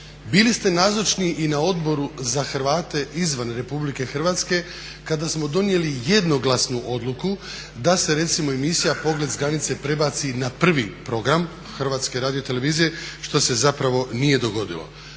Bili ste nazočni i na Odboru za Hrvate izvan RH kada smo donijeli jednoglasnu odluku da se recimo emisija "Pogled s granice" prebaci na 1. program HRT-a, što se zapravo nije dogodilo.